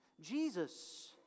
Jesus